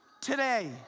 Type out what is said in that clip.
Today